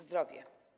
Zdrowie.